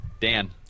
dan